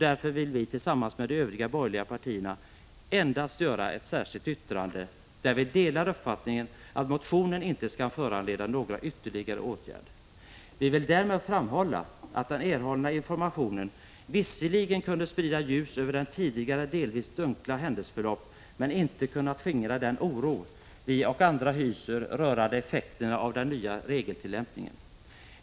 Därför vill vi tillsammans med de övriga borgerliga partierna endast göra ett särskilt yttrande, där vi delar uppfattningen att motionen inte skall föranleda några ytterligare åtgärder. Vi vill däremot framhålla att den erhållna informationen visserligen kunde sprida ljus över det tidigare delvis dunkla händelseförloppet men inte kunnat skingra den oro vi och andra hyser rörande effekterna av den nya regeltillämpningen.